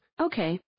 Okay